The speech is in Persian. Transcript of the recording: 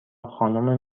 خانم